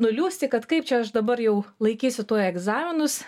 nuliūsti kad kaip čia aš dabar jau laikysiu tuoj egzaminus